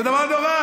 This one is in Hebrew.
זה דבר נורא.